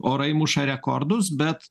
orai muša rekordus bet